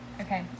okay